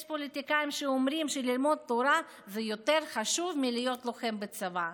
יש פוליטיקאים שאומרים שללמוד תורה זה יותר חשוב מלהיות לוחם בצבא.